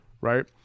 right